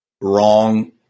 wrong